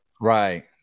Right